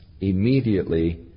immediately